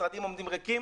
משרדים עומדים ריקים,